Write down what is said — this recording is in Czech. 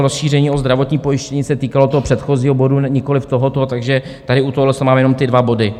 Rozšíření o zdravotní pojištění se týkalo předchozího bodu, nikoliv tohoto, takže tady u tohoto mám jenom ty dva body.